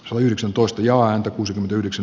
klo yhdeksäntoista ja anto lausumaehdotusta